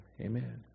Amen